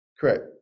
Correct